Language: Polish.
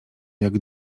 jak